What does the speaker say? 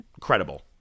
credible